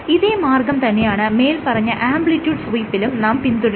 ഇതേ മാർഗ്ഗം തന്നെയാണ് മേല്പറഞ്ഞ ആംപ്ലിട്യൂഡ് സ്വീപ്പിലും നാം പിന്തുടരുന്നത്